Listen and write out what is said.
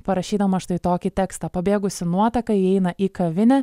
parašydama štai tokį tekstą pabėgusi nuotaka įeina į kavinę